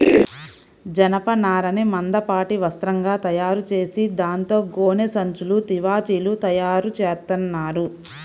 జనపనారని మందపాటి వస్త్రంగా తయారుచేసి దాంతో గోనె సంచులు, తివాచీలు తయారుచేత్తన్నారు